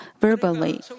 verbally